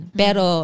pero